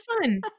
fun